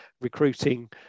recruiting